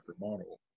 model